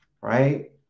Right